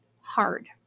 hard